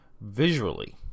Visually